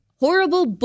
Horrible